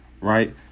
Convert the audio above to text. right